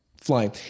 Flying